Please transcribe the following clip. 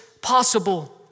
possible